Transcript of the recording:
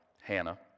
Hannah